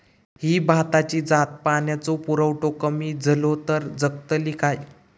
ही भाताची जात पाण्याचो पुरवठो कमी जलो तर जगतली काय?